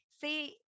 See